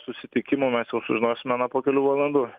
susitikimų mes jau sužinosime na po kelių valandų